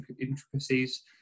intricacies